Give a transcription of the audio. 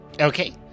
Okay